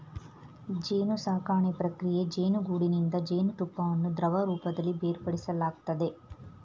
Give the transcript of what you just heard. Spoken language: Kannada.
ಜೇನುಸಾಕಣೆ ಪ್ರಕ್ರಿಯೆ ಜೇನುಗೂಡಿನಿಂದ ಜೇನುತುಪ್ಪವನ್ನು ದ್ರವರೂಪದಲ್ಲಿ ಬೇರ್ಪಡಿಸಲಾಗ್ತದೆ